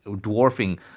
dwarfing